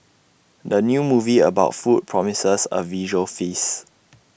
the new movie about food promises A visual feast